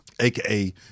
AKA